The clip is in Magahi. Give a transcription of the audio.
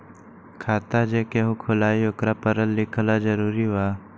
खाता जे केहु खुलवाई ओकरा परल लिखल जरूरी वा?